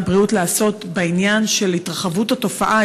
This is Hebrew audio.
הבריאות לעשות בעניין התרחבות התופעה,